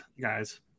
guys